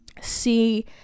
see